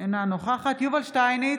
אינה נוכחת יובל שטייניץ,